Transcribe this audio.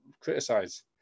criticize